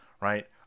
right